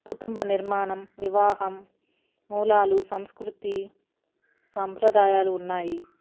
కుటుంబ నిర్మాణం వివాహం మూలాలు సంస్కృతి సాంప్రదాయాలు ఉన్నాయి